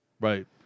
right